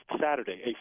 Saturday